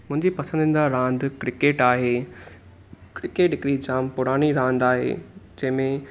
मुंहिंजी पंसदीदा रांदि क्रिकेट आहे क्रिकेट हिकिड़ी जाम पुरानी रांदि आहे जंहिंमें